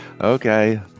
Okay